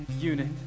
unit